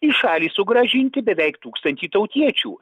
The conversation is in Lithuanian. į šalį sugrąžinti beveik tūkstantį tautiečių